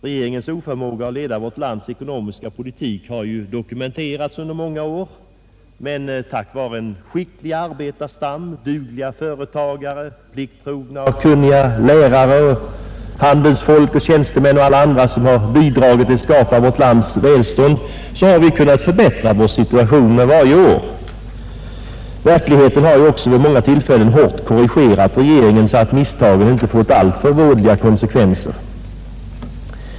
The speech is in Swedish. Regeringens oförmåga att leda vårt lands ekonomiska politik har dokumenterats under många år, men tack vare en skicklig arbetarstam, dugliga företagare, plikttrogna och kunniga lärare, handelsfolk, tjänstemän och alla andra, som bidrager till att skapa vårt lands välstånd, har vi dock kunnat förbättra vår situation med varje år. Verkligheten har också vid många tillfällen hårt korrigerat regeringen så att misstagen inte fått alltför vådliga konsekvenser.